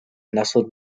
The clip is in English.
nestled